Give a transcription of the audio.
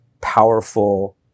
powerful